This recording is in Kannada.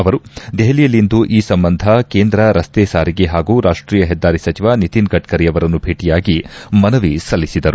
ಅವರು ದೆಹಲಿಯಲ್ಲಿಂದು ಈ ಸಂಬಂಧ ಕೇಂದ್ರ ರಸ್ತೆ ಸಾರಿಗೆ ಹಾಗೂ ರಾಷ್ಷೀಯ ಹೆದ್ದಾರಿ ಸಚಿವ ನಿತಿನ್ ಗಡ್ಡಂ ಅವರನ್ನು ಭೇಟಿಯಾಗಿ ಮನವಿ ಸಲ್ಲಿಸಿದರು